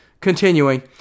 Continuing